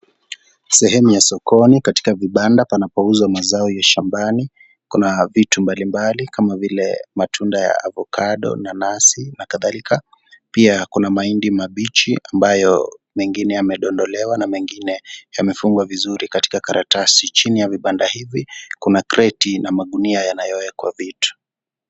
Sehemu ya sokini katika vibanda panapouzwa mazao ya shambani. Kuna vitu mbalimbali kama vile matunda ya avokado, nanasi na kadhalika. Pia kuna mahindi mabichi ambayo mengine yamedondolewa na mengine yamefungwa vizuri katika karatasi. Chini ya vibanda hivi, kuna kreti na magunia yanayowekwa vitu.